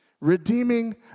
redeeming